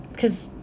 cause